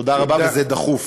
תודה רבה, וזה דחוף.